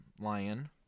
lion